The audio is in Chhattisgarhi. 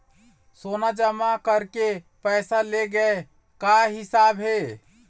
सोना जमा करके पैसा ले गए का हिसाब हे?